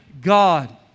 God